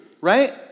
right